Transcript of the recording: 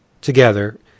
together